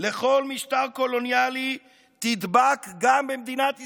לכל משטר קולוניאלי תדבק גם במדינת ישראל.